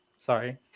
Sorry